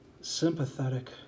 sympathetic